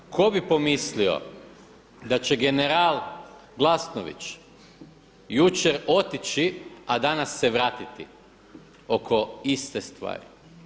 Tko bi pomislio da će general Glasnović jučer otići a danas se vratiti oko iste stvari.